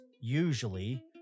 usually